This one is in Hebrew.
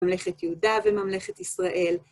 ממלכת יהודה וממלכת ישראל.